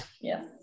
Yes